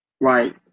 Right